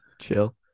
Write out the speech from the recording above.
chill